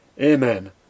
Amen